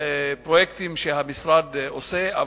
פרויקטים שהמשרד עושה,